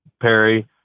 Perry